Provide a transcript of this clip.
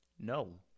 No